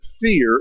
fear